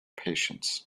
patience